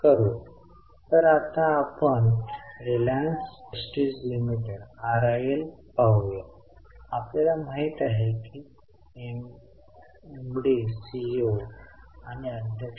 गुंतवणूकीच्या विक्री वरील नफ्यासारख्या वस्तूंमध्ये दोन समायोजने असतील